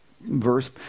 verse